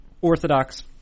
orthodox